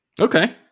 Okay